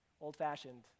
old-fashioned